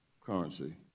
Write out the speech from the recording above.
currency